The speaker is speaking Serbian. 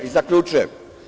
Zaključujem.